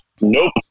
Nope